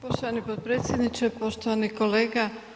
Poštovani potpredsjedniče, poštovani kolega.